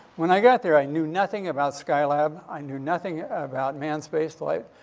when i got there, i knew nothing about skylab. i knew nothing about manned space flight.